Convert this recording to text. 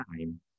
time